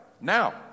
now